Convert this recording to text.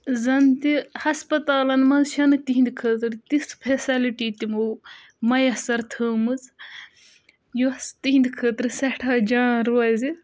زَن تہِ ہَسپَتالَن منٛز چھےٚ نہٕ تِہِنٛدِ خٲطرٕ تِژھ فیسَلٹی تِمو مَیَسَر تھٲومٕژ یۄس تِہِنٛدِ خٲطرٕ سٮ۪ٹھاہ جان روزِ